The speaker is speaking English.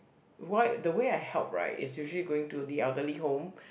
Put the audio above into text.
why the way I help right is usually going to the elderly home